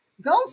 goes